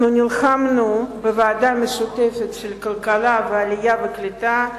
אנחנו נלחמנו בוועדה המשותפת של ועדות הכלכלה והעלייה והקליטה,